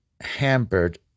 hampered